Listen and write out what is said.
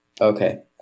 Okay